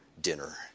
dinner